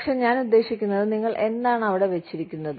പക്ഷേ ഞാൻ ഉദ്ദേശിക്കുന്നത് നിങ്ങൾ എന്താണ് അവിടെ വെച്ചിരിക്കുന്നത്